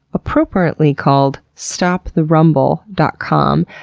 appropriately called stoptherumble dot com,